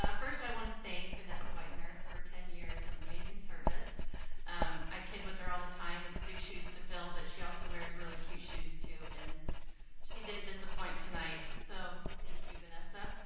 ah first i want to thank vanessa whitener for ten years of amazing service um i kid with her all the time it's big shoes to fill but she also wears really cute shoes too. and she didn't disappoint tonight so thank you vanessa.